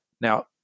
Now